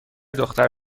دختر